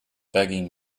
begging